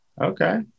Okay